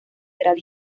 lateral